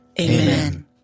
Amen